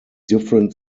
different